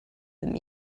them